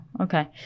Okay